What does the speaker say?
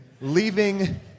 leaving